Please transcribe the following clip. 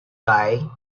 guy